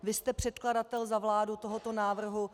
Vy jste předkladatel za vládu tohoto návrhu.